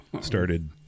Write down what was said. started